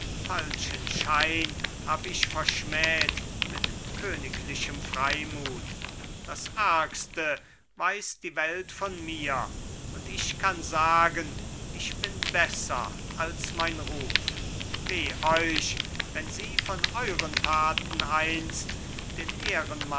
falschen schein hab ich verschmäht mit königlichem freimut das ärgste weiß die welt von mir und ich kann sagen ich bin besser als mein ruf weh euch wenn sie von euren taten einst den